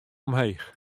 omheech